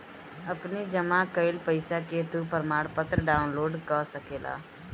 अपनी जमा कईल पईसा के तू प्रमाणपत्र डाउनलोड कअ सकेला